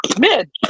mid